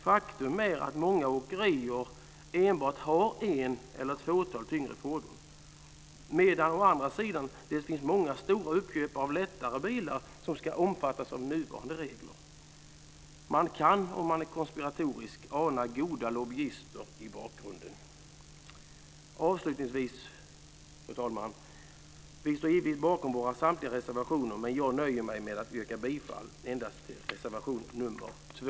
Faktum är att många åkerier enbart har ett eller ett fåtal tyngre fordon, medan det å andra sidan finns många stora uppköpare av lättare bilar som ska omfattas av nuvarande regler. Om man är konspiratorisk kan man ana goda lobbyister i bakgrunden. Fru talman! Vi står givetvis bakom samtliga våra reservationer, men jag nöjer mig med att yrka bifall endast till reservation nr 2.